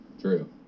true